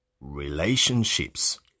relationships